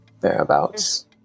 thereabouts